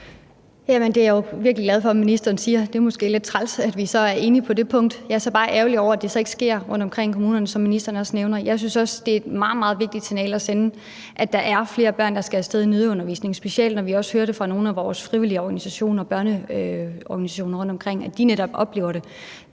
Det er jeg virkelig glad for at ministeren siger. Det er måske lidt træls, at vi er enige på det punkt. Jeg er så bare ærgerlig over, at det ikke sker rundtomkring i kommunerne, som ministeren også nævner. Jeg synes også, det er et meget, meget vigtigt signal at sende, at der er flere børn, der skal af sted i nødundervisning, specielt når vi også hører fra nogle af vores frivillige organisationer, børneorganisationer, rundtomkring, at de netop oplever det.